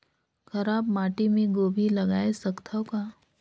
खराब माटी मे गोभी जगाय सकथव का?